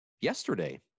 yesterday